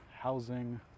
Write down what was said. housing